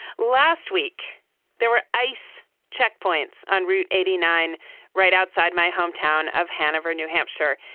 last week there were ice checkpoints on route eighty nine right outside my hometown of hanover new hampshire.